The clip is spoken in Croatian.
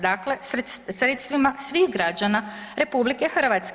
Dakle, sredstvima svih građana RH.